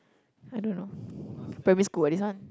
I don't know primary school eh this one